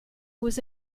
was